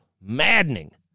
maddening